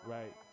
Right